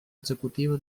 executiva